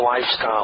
lifestyle